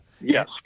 Yes